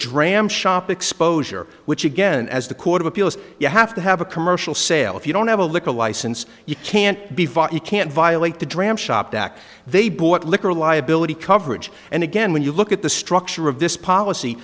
dram shop exposure which again as the court of appeals you have to have a commercial sale if you don't have a liquor license you can't be bought you can't violate the dram shop back they bought liquor liability coverage and again when you look at the structure of this policy